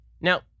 Now